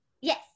Yes